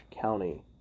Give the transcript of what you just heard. County